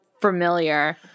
familiar